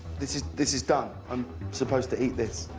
this is this is done. i'm supposed to eat this?